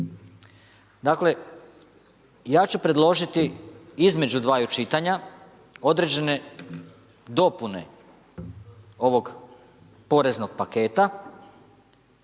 Dakle ja ću predložiti između dvaju čitanja određene dopune ovog poreznog paketa,